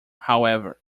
however